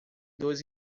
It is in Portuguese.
dois